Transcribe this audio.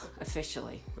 officially